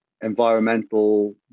environmental